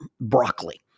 broccoli